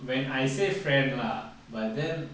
when I say friend lah but then